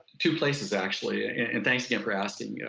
two places actually. and thanks again for asking. yeah